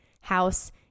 house